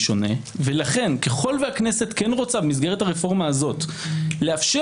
שונה ולכן ככל שהכנסת כן רוצה במסגרת הרפורמה הזאת לאפשר